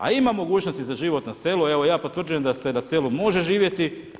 A ima mogućnosti za život na selu, evo ja potvrđujem da se na selu može živjeti.